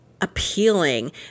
appealing